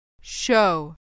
Show